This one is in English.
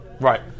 Right